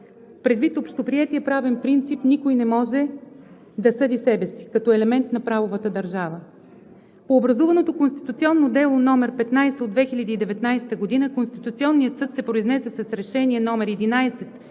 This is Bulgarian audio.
предвид общоприетия правен принцип „никой не може да съди себе си“ като елемент на правовата държава? По образуваното Конституционно дело, № 15 от 2019 г., Конституционният съд се произнесе с Решение № 11